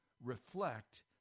reflect